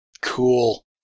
Cool